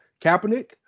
Kaepernick